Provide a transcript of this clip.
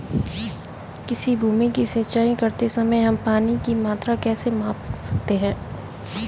किसी भूमि की सिंचाई करते समय हम पानी की मात्रा कैसे माप सकते हैं?